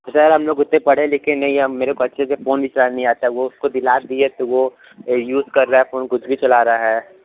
sir हम लोग उतने पढ़े लिखे नहीं है मेरे बच्चे को फोन भी नहीं चलाने आता है वो उसको दिला दिए तो वो यूज कर रहा है फोन कुछ भी चला रहा है